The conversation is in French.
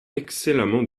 excellemment